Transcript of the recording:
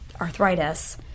arthritis